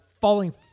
falling